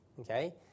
okay